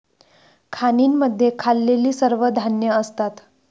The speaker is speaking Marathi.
खाणींमध्ये खाल्लेली सर्व धान्ये असतात